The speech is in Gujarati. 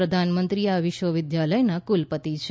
પ્રધાનમંત્રી આ વિશ્વવિદ્યાલયના કુલપતિ છે